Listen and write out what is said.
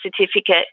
certificate